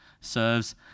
serves